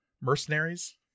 Mercenaries